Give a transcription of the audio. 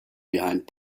behind